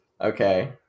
Okay